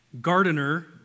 gardener